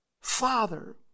father